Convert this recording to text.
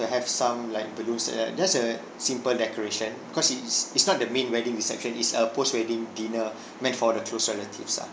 to have some like balloons uh just a simple decoration because it is it's not that main wedding reception is a post wedding dinner meant for the close relatives lah